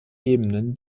ebenen